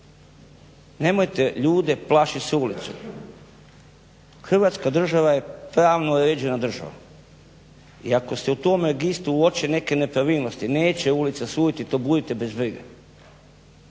Nemojte ljude plašiti sa ulicom, Hrvatska država je pravno uređena država i ako se u tom registru uoče neke nepravilnosti neće ulica suditi to budite bez brige.